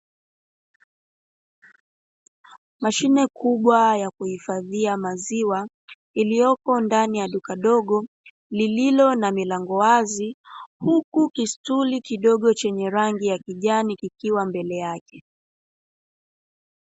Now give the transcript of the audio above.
Mashine kubwa ya kuhifadhia maziwa iliyopo ndani ya duka dogo lililo na milango wazi, huku kisturi kidogo chenye rangi ya kijani kikiwa mbele yake.